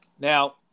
now